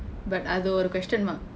but I got a question mark